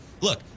Look